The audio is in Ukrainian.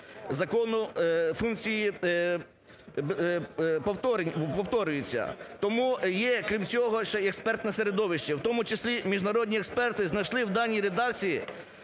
закону… повторюється. Тому є, крім цього, ще і експертне середовище, в тому числі міжнародні експерти знайшли в даній редакції